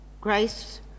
grace